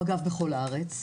הוא אגב בכל הארץ,